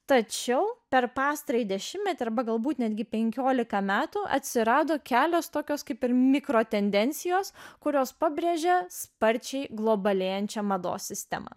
tačiau per pastarąjį dešimtmetį arba galbūt netgi penkiolika metų atsirado kelios tokios kaip ir mikro tendencijos kurios pabrėžė sparčiai globalėjančią mados sistemą